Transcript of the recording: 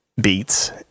beats